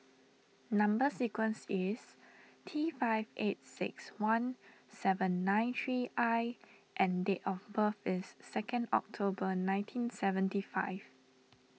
Number Sequence is T five eight six one seven nine three I and date of birth is second October nineteen seventy five